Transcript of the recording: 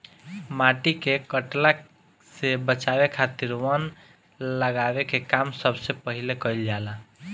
माटी के कटला से बचावे खातिर वन लगावे के काम सबसे पहिले कईल जाला